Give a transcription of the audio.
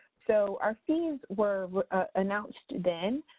so, our fees were announced then.